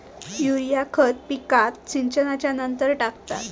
urea खत पिकात सिंचनच्या नंतर टाकतात